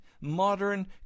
modern